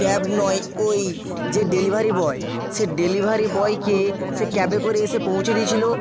cab নয় ওই যে ডেলিভারি বয় সে ডেলিভারি বয়কে সে ক্যাবে করে এসে পৌঁছে দিয়েছিল